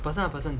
person ah person